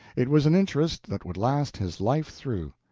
it was an interest that would last his life through,